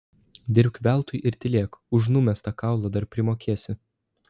dirbk veltui ir tylėk už numestą kaulą dar primokėsi